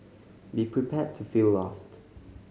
be prepared to feel lost